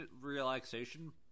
relaxation